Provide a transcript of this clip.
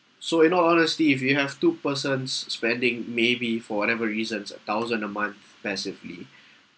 so in all honesty if you have two persons spending maybe for whatever reason a thousand a month passively